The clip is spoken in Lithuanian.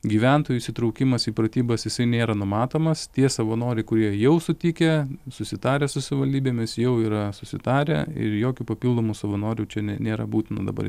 gyventojų įsitraukimas į pratybas jisai nėra numatomas tie savanoriai kurie jau sutikę susitarę su savivaldybėmis jau yra susitarę ir jokių papildomų savanorių čia ne nėra būtina dabar